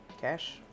cash